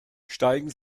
steigen